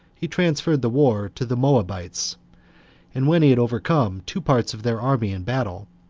he transferred the war to the moabites and when he had overcome two parts of their army in battle,